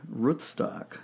rootstock